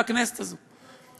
בכנסת הזאת,